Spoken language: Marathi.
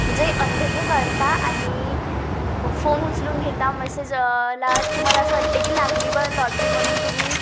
म्हणजे अनदेख करता आणि फोन उचलून घेता मेसेजला तुम्हाला असं वाटते की लागली ब लॉटरी म्हणून तुम्ही